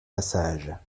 passage